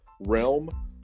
realm